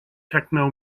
techno